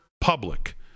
public